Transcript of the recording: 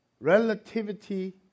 Relativity